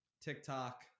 TikTok